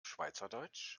schweizerdeutsch